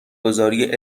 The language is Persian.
گذاری